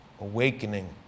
awakening